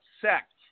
sect